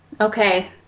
Okay